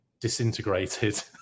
disintegrated